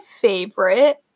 favorite